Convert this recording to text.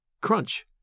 crunch